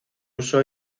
uso